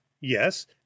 yes